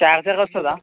charger వస్తుందా